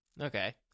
Okay